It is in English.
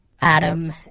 adam